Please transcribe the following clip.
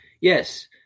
yes